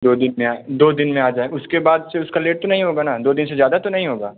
दो दिन में आ दो दिन में आ जाएँ उसके बाद से उसका लेट नहीं होगा ना दो दिन से ज़्यादा नहीं होगा